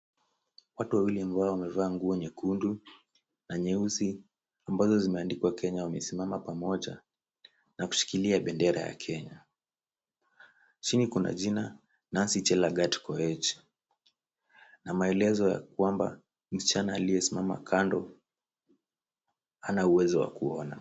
Watu wawili ambao wamevaa nguo nyekundu na nyeusi ambazo zimeandikwa Kenya wamesimama pamoja na kushikilia bendera ya Kenya. Chini kuna jina Nancy Chelangat Koech na maelezo ya kwamba msichana aliyesimama kando hana uwezo wa kuona.